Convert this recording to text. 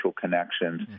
connections